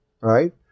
right